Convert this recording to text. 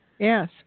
Yes